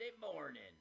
morning